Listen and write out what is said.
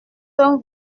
d’un